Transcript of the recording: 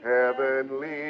heavenly